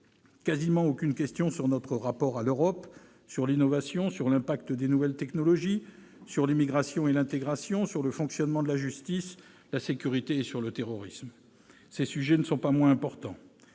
Quasiment aucune question sur notre rapport à l'Europe, sur l'innovation, sur l'impact des nouvelles technologies, sur l'immigration et l'intégration, sur le fonctionnement de la justice, sur la sécurité, sur le terrorisme. Ces sujets ne sont pas moins importants.